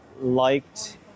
liked